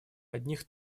одних